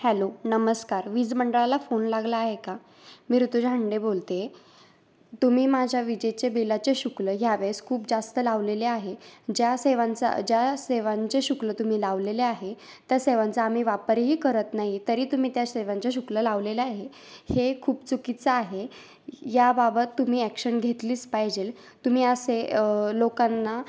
hello नमस्कार विज मंडळाला फोन लागला आहे का मी ऋतुजा हांडे बोलते आहे तुम्ही माझ्या विजेचे बिलाचे शुल्क ह्या वेळेस खूप जास्त लावलेले आहे ज्या सेवांचा ज्या सेवांचे शुल्क तुम्ही लावलेले आहे त्या सेवांचा आम्ही वापरही करत नाही तरी तुम्ही त्या सेवांच्या शुल्क लावलेलं आहे हे खूप चुकीचं आहे याबाबत तुम्ही ॲक्शन घेतलीच पाहिजे तुम्ही असे लोकांना